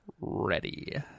Ready